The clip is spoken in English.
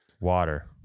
water